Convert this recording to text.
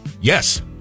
yes